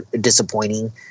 disappointing